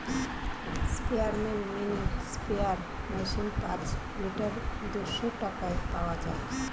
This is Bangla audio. স্পেয়ারম্যান মিনি স্প্রেয়ার মেশিন পাঁচ লিটার দুইশো টাকায় পাওয়া যায়